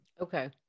Okay